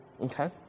okay